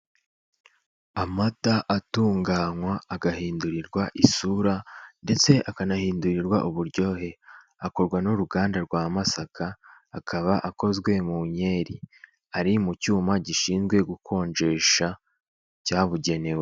Amata atunganywa agahindurirwa isura, ndetse akanahindurirwa uburyohe, akorwa n'uruganda rwa Masaka akaba akozwe mu nkeri. Ari mu cyuma gishinzwe gukonjesha cyabugenewe.